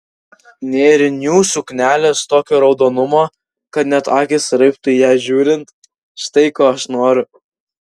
nėrinių suknelės tokio raudonumo kad net akys raibtų į ją žiūrint štai ko aš noriu